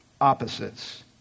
opposites